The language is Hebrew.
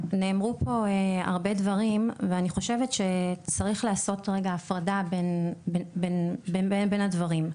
נאמרו פה הרבה דברים ואני חושבת שצריך לעשות רגע הפרדה בין הדברים.